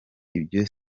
ibyo